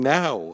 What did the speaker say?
Now